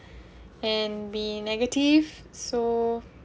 and be negative so